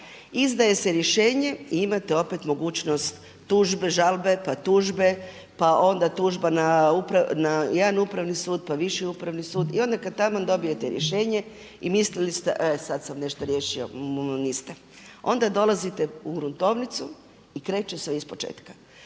izdaje se rješenje i imate opet mogućnost tužbe, žalbe, pa tužbe, pa onda tužba na jedan upravni sud, pa Viši upravni sud i onda kada taman dobijete rješenje i mislite e sada sam nešto riješio, niste. Onda dolazite u gruntovnicu i kreće sve iz početka.